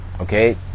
okay